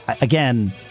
again